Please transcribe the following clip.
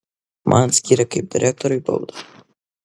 man skyrė kaip direktoriui baudą